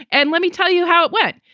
and let me tell you how it went.